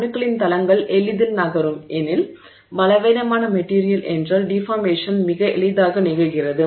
அணுக்களின் தளங்கள் எளிதில் நகரும் எனில் பலவீனமான மெட்டிரியல் என்றால் டிஃபார்மேஷன் மிக எளிதாக நிகழ்கிறது